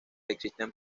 existen